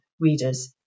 readers